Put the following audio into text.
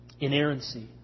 Inerrancy